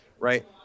right